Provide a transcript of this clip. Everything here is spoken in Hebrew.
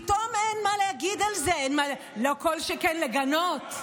פתאום אין מה להגיד על זה, כל שכן לגנות.